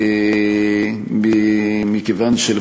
לא כך אמרתי.